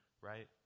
right